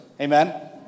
Amen